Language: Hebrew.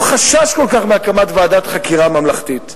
חשש כל כך מהקמת ועדת חקירה ממלכתית?